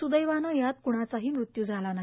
सुदैवाने यात कृणाचाही मृत्यू नाही